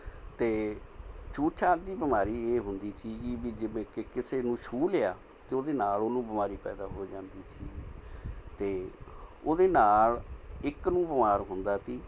ਅਤੇ ਛੂਤਛਾਤ ਦੀ ਬਿਮਾਰੀ ਇਹ ਹੁੰਦੀ ਸੀ ਵੀ ਜਿਵੇਂ ਕਿ ਕਿਸੇ ਨੂੰ ਛੂਹ ਲਿਆ ਅਤੇ ਉਹਦੇ ਨਾਲ਼ ਉਹਨੂੰ ਬਿਮਾਰੀ ਪੈਦਾ ਹੋ ਜਾਂਦੀ ਸੀ ਅਤੇ ਉਹਦੇ ਨਾਲ਼ ਇੱਕ ਨੂੰ ਬਿਮਾਰ ਹੁੰਦਾ ਤੀ